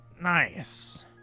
Nice